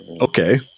okay